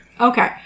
Okay